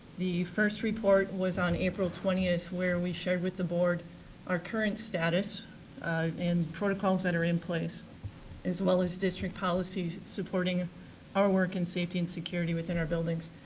the first report was on april twenty where we shared with the board our current status and protocols that are in place as well as district policies supporting our work and safety and security within our buildings.